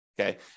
okay